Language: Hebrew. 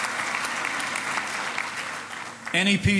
(מחיאות כפיים)